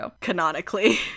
Canonically